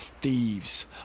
thieves